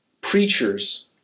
preachers